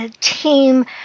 team